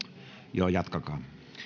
joo jatkakaa